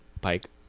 Pike